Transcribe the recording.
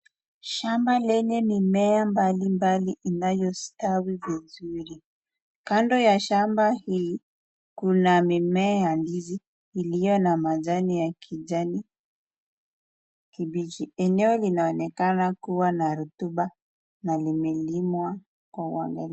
Shamba lenye mimea mbalimbali inayostawi vizuri. Kando ya shamba hili kuna mimea ndizi iliyo na majani ya kijani kibichi. Eneo linaonekana kuwa na rutuba na limelimwa kwa uangalifu.